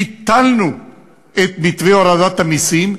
ביטלנו את מתווה הורדת המסים,